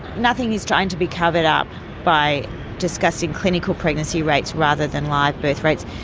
nothing is trying to be covered up by discussing clinical pregnancy rates rather than live birth rates.